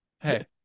hey